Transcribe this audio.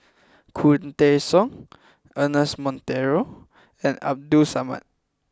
Khoo Teng Soon Ernest Monteiro and Abdul Samad